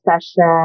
session